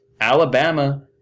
Alabama